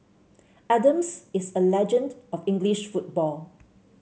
Adams is a legend of English football